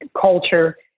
culture